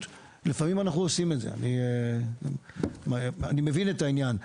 לפעמים אנחנו עושים את זה, אני מבין את העניין.